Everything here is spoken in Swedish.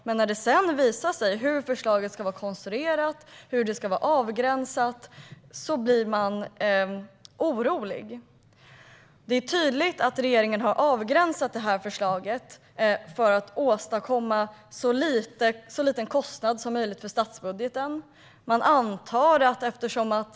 Men när det sedan visar sig hur förslaget ska vara konstruerat och avgränsat blir man orolig. Det är tydligt att regeringen har avgränsat detta förslag för att det ska åstadkomma en så liten kostnad som möjligt och för att det ska belasta statsbudgeten så lite som möjligt.